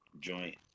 joint